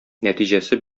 нәтиҗәсе